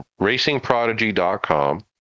racingprodigy.com